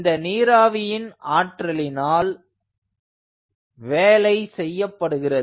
இந்த நீராவியின் ஆற்றலினால் வேலை செய்யப் படுகிறது